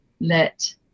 let